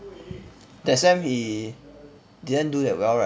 that sem he didn't do that well right